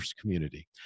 community